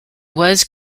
was